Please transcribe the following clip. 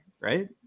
right